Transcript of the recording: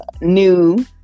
new